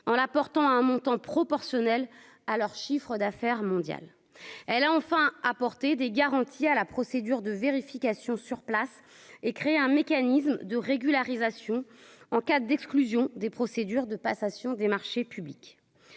en la portant à un montant proportionnel à leur chiffre d'affaires mondial, elle a enfin apporté des garanties à la procédure de vérification sur place et créer un mécanisme de régularisation en cas d'exclusion des procédures de passation des marchés publics,